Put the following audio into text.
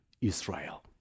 Israel